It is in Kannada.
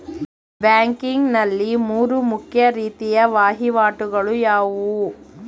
ಬ್ಯಾಂಕಿಂಗ್ ನಲ್ಲಿ ಮೂರು ಮುಖ್ಯ ರೀತಿಯ ವಹಿವಾಟುಗಳು ಯಾವುವು?